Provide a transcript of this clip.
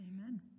amen